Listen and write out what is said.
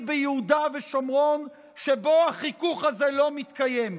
ביהודה ושומרון שבו החיכוך הזה לא מתקיים.